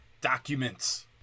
documents